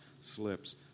slips